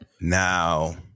Now